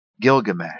Gilgamesh